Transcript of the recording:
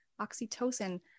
Oxytocin